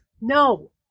No